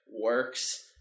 works